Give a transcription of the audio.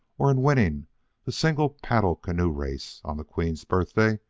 or in winning the single-paddle canoe race on the queen's birthday,